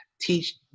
teach